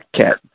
cat